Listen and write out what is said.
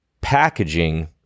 packaging